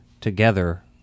together